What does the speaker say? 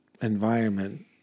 environment